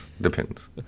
Depends